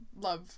Love